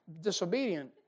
Disobedient